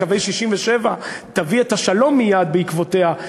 לקווי 67' תביא את השלום מייד בעקבותיה,